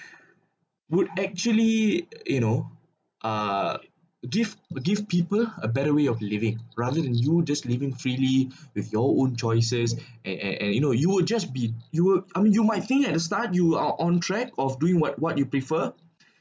would actually you know uh give give people a better way of living rather than you just living freely with your own choices and and and you know you would just be you would I mean you might think at the start you would are on track of doing what what you prefer